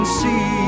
see